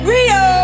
Rio